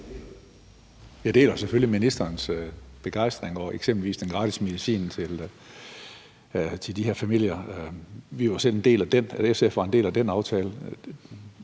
Jeg deler selvfølgelig ministerens begejstring over eksempelvis den gratis medicin til de her familier. Vi var selv, altså